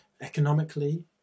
economically